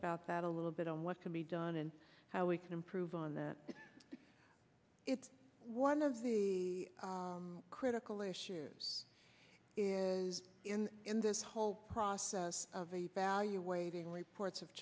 about that a little bit and what can be done and how we can improve on that it's one of the critical issues is in this whole process of evaluating reports of